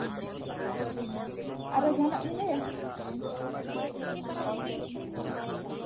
ᱟᱨᱚ ᱡᱟᱦᱟᱱᱟᱜ ᱵᱤᱱ ᱞᱟᱹᱭᱟ